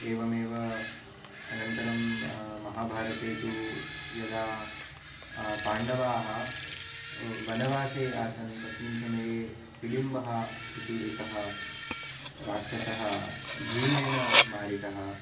एवमेव अनन्तरं महाभारते तु यदा पाण्डवाः वनवासे आसन् तस्मिन् समये हिडिम्बः इति एकः राक्षसः भीमेन मारितः